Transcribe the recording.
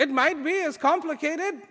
it might be as complicated